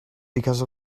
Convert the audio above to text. because